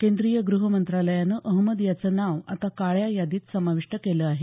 केंद्रीय गृहमंत्रालयानं अहमद याचं नाव आता काळ्या यादीत समाविष्ट केलं आहे